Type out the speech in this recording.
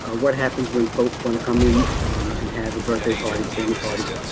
ah what happens when folks want to come in and have a birthday party family parties.